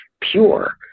pure